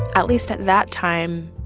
at least at that time,